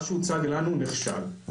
ומה שהוצג לנו, נכשל,